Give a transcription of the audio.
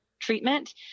treatment